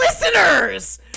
listeners